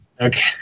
Okay